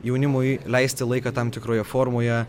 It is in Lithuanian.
jaunimui leisti laiką tam tikroje formoje